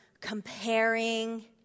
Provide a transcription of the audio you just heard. comparing